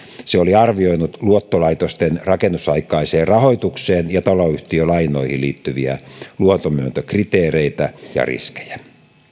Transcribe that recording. se oli arvioinut luottolaitosten rakennusaikaiseen rahoitukseen ja taloyhtiölainoihin liittyviä luotonmyöntökriteereitä ja riskejä